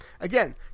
again